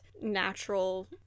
natural